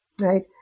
right